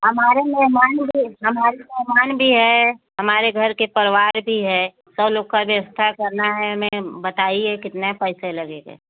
हमारे मेहमान भी हमारे मेहमान भी हैं हमारे घर के परिवार भी है सौ लोग का व्यवस्था करना है हमें बताइए कितने पैसे लगेंगे